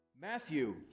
Matthew